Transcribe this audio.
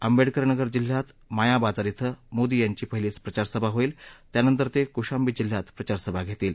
आंबेडकर नगर जिल्ह्यात माया बाजार िक्रं मोदी यांची पहिली प्रचारसभा होईल त्यानंतर ते कुशांबी जिल्ह्यात प्रचार सभा घेतील